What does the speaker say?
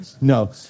No